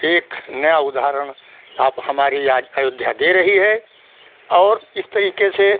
एक नया उदाहरण अब हमारी आज अयोध्या दे रही है और इस तरीके से